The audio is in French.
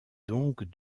donc